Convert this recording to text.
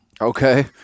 Okay